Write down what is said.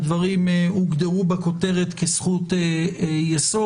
הדברים הוגדרו בכותרת כזכות יסוד.